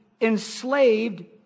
enslaved